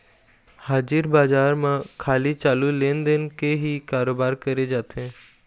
हाजिर बजार म खाली चालू लेन देन के ही करोबार करे जाथे